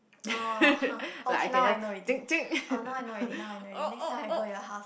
oh okay now I know already oh now I know already now I know already next time I go your house